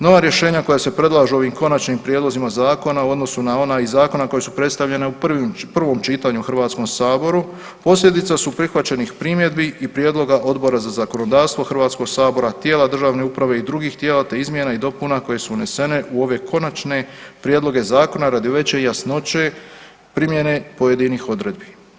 Nova rješenja koja se predlažu ovim konačnim prijedlozima zakona u odnosu na ona iz zakona koja su predstavljena u prvom čitanju u Hrvatskom saboru, posljedica su prihvaćenih primjedbi i prijedloga Odbora za zakonodavstvo Hrvatskog sabora, tijela državne uprave i drugih tijela te izmjene i dopune koje su unesene u ove konačne prijedloge zakona radi veće jasnoće primjene pojedinih odredbi.